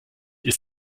ist